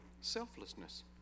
selflessness